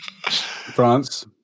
France